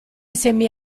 semi